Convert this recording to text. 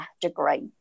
degree